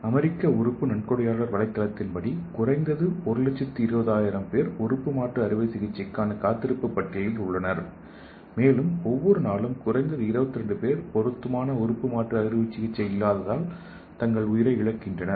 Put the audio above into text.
அமெரிக்க உறுப்பு நன்கொடையாளர் வலைத்தளத்தின்படி குறைந்தது 120000 பேர் உறுப்பு மாற்று அறுவை சிகிச்சைக்கான காத்திருப்பு பட்டியலில் உள்ளனர் மேலும் ஒவ்வொரு நாளும் குறைந்தது 22 பேர் பொருத்தமான உறுப்பு மாற்று அறுவை சிகிச்சை இல்லாததால் தங்கள் உயிரை இழக்கின்றனர்